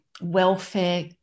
welfare